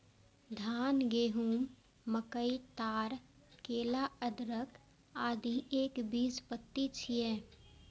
धान, गहूम, मकई, ताड़, केला, अदरक, आदि एकबीजपत्री छियै